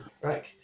Right